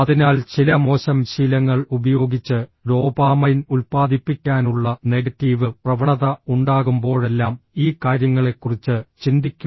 അതിനാൽ ചില മോശം ശീലങ്ങൾ ഉപയോഗിച്ച് ഡോപാമൈൻ ഉത്പാദിപ്പിക്കാനുള്ള നെഗറ്റീവ് പ്രവണത ഉണ്ടാകുമ്പോഴെല്ലാം ഈ കാര്യങ്ങളെക്കുറിച്ച് ചിന്തിക്കുക